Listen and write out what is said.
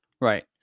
right